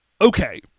Okay